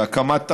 והקמת תחנות,